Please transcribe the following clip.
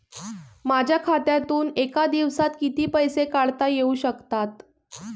माझ्या खात्यातून एका दिवसात किती पैसे काढता येऊ शकतात?